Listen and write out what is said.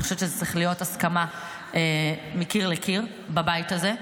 אני חושבת שצריכה להיות הסכמה מקיר לקיר בבית הזה.